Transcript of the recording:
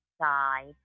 side